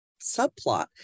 subplot